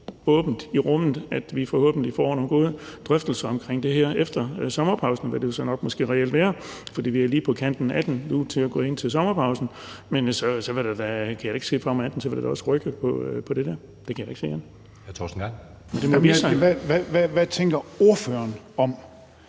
åbent i rummet, at vi forhåbentlig får nogle gode drøftelser omkring det her efter sommerpausen, hvad det så måske nok reelt vil være, for vi er lige på kanten af at gå til sommerpause nu. Men så kan jeg da ikke se andet for mig, end at så vil vi da også rykke på det her. Jeg kan da ikke se andet. Kl. 13:48 Anden